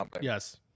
Yes